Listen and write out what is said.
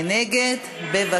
מי נגד?